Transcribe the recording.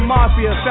Mafia